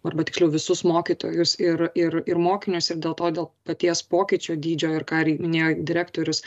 arba tiksliau visus mokytojus ir ir ir mokinius ir dėl to dėl paties pokyčio dydžio ir ką minėjo direktorius